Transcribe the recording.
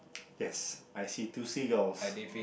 yes I see two seagulls